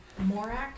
Morak